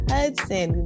Hudson